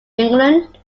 england